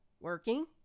Working